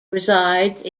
resides